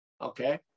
Okay